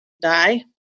die